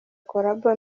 collabo